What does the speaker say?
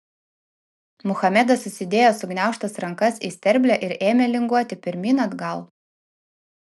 muhamedas susidėjo sugniaužtas rankas į sterblę ir ėmė linguoti pirmyn atgal